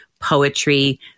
poetry